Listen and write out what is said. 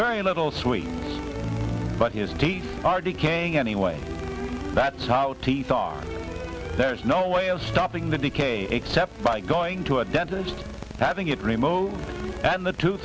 very little sweet but his teeth are decaying anyway that's how teeth are there's no way of stopping the decay except by going to a dentist having it removed and the t